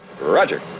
Roger